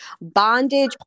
Bondage